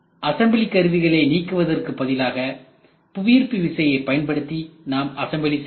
assembly கருவிகளை நீக்குவதற்கு பதிலாக புவியீர்ப்பு விசையை பயன்படுத்தி நாம் அசம்பிளி செய்யலாம்